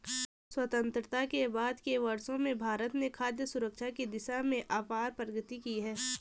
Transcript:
स्वतंत्रता के बाद के वर्षों में भारत ने खाद्य सुरक्षा की दिशा में अपार प्रगति की है